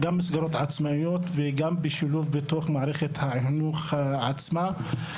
גם מסגרות עצמאיות וגם שילוב בתוך מערכת החינוך עצמה.